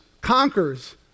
conquers